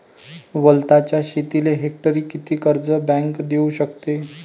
वलताच्या शेतीले हेक्टरी किती कर्ज बँक देऊ शकते?